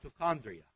mitochondria